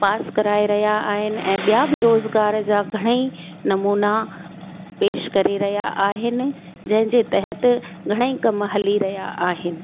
पास कराए रहिया आहिनि ऐं ॿियां बि रोज़गार जा घणेई नमूना पेशु करे रहिया आहिनि जंहिं जे तहति घणेई कमु हली रहिया आहिनि